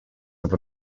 have